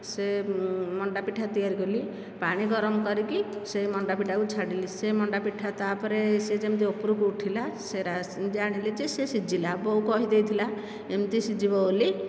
ସେ ମଣ୍ଡାପିଠା ତିଆରି କଲି ପାଣି ଗରମ କରିକି ସେ ମଣ୍ଡାପିଠାକୁ ଛାଡ଼ିଲି ସେ ମଣ୍ଡାପିଠା ତାପରେ ସେ ଯେମିତି ଉପରକୁ ଉଠିଲା ଜାଣିଲି ଯେ ସିଝିଲା ବୋଉ କହିଦେଇଥିଲା ଏମିତି ସିଝିବ ବୋଲି